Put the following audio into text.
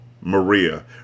Maria